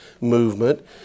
movement